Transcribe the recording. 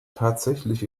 tatsächlich